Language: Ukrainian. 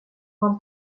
вам